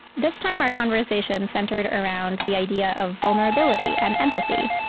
this time, our conversation centered around the idea of vulnerability and empathy,